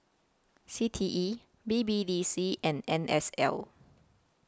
C T E B B D C and N S L